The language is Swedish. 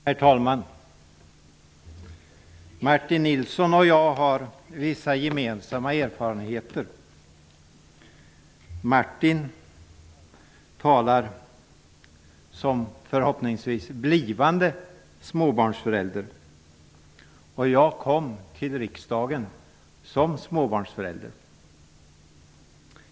Herr talman! Martin Nilsson och jag har vissa gemensamma erfarenheter. Martin Nilsson talar som -- förhoppningsvis -- blivande småbarnsförälder, och jag kom till riksdagen som småbarnsförälder.